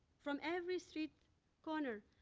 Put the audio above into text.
from every street corner,